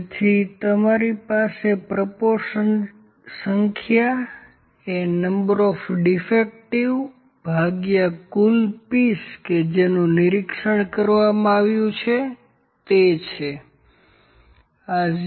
તેથી તમારી પાસે પ્રોપોર્શનની સંખ્યા એ નંબર ઓફ ડીફેક્ટિવ ભાગ્યા કુલ પીસ કે જેનું નિરીક્ષણ કરવામાં આવ્યુ છે તે છે આ 0